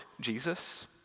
Jesus